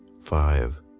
five